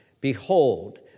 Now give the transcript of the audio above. behold